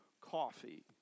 coffee